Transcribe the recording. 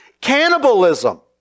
cannibalism